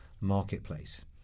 marketplace